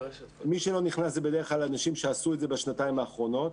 מי שלא נכנס זה בדרך כלל אנשים שעשו את זה בשנתיים האחרונות,